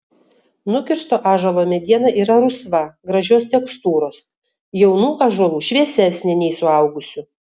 nukirsto ąžuolo mediena yra rusva gražios tekstūros jaunų ąžuolų šviesesnė nei suaugusių